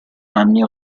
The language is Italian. anni